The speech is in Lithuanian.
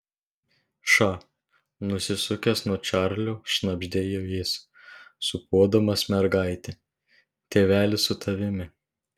ša nusisukęs nuo čarlio šnabždėjo jis sūpuodamas mergaitę tėvelis su tavimi